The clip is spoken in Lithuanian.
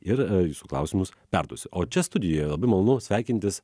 ir jūsų klausimus perduosiu o čia studijoje labai malonu sveikintis